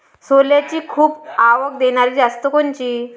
सोल्याची खूप आवक देनारी जात कोनची?